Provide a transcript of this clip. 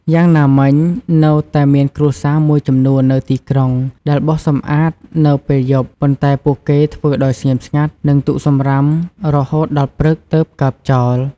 យ៉ាងណាមិញ នៅតែមានគ្រួសារមួយចំនួននៅទីក្រុង ដែលបោសសម្អាតនៅពេលយប់ ប៉ុន្តែពួកគេធ្វើដោយស្ងៀមស្ងាត់ និងទុកសំរាមរហូតដល់ព្រឹក ទើបកើបចោល។